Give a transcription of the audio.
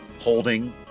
holding